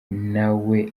nawe